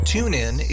TuneIn